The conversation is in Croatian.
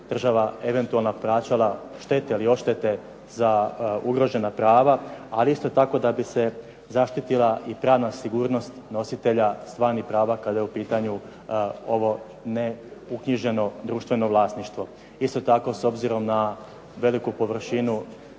eventualno plaćala štete ili odštete za ugrožena prava, ali isto tako da bi se zaštitila i pravna sigurnost nositelja stvarnih prava kada je u pitanju ovo neuknjiženo društveno vlasništvo. Isto tako s obzirom na veliku površinu